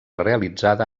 realitzada